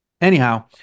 Anyhow